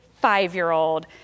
five-year-old